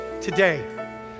today